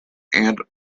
and